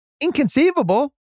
inconceivable